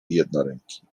jednoręki